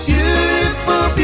Beautiful